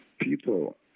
people